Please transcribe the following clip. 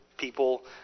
people